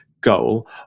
goal